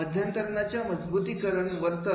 मध्यंतराच्या मजबुतीकरण वर्तन